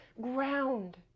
ground